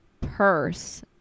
purse